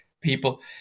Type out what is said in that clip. people